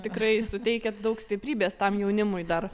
tikrai suteikiat daug stiprybės tam jaunimui dar